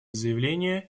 заявления